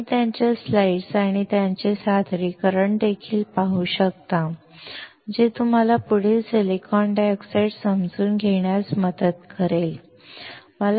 तुम्ही त्याच्या स्लाइड्स आणि त्याचे सादरीकरण देखील पाहू शकता जे तुम्हाला पुढील सिलिकॉन डायऑक्साइड समजून घेण्यास मदत करेल